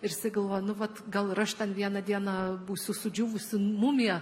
ir jisai galvoja nu vat gal ir aš ten vieną dieną būsiu sudžiūvusi mumija